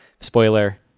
Spoiler